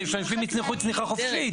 כדי שאנשים יצנחו צניחה חופשית.